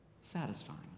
satisfying